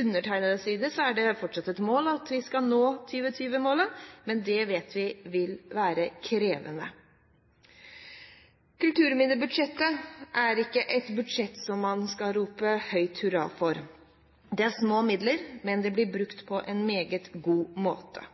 undertegnedes side er det fortsatt et mål at vi skal nå 2020-målet, men det vet vi vil være krevende. Kulturminnebudsjettet er ikke et budsjett som man skal rope høyt hurra for. Det er små midler, men de blir brukt på en meget god måte.